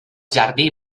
jardí